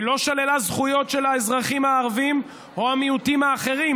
היא לא שללה זכויות של האזרחים הערבים או המיעוטים האחרים.